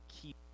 keep